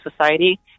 society